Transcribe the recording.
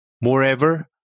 Moreover